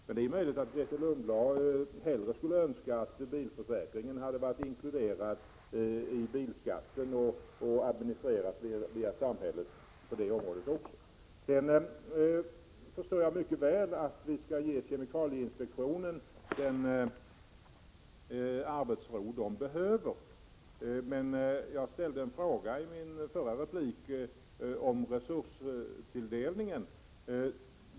Men det är möjligt att Grethe Lundblad hellre skulle önska att bilförsäkringen hade varit inkluderad i bilskatten och administrerad via samhället. Sedan förstår jag mycket väl att vi skall ge kemikalieinspektionen den arbetsro den behöver. Jag ställde emellertid i min förra replik en fråga om resurstilldelningen.